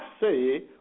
say